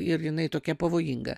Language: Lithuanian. ir jinai tokia pavojinga